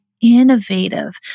innovative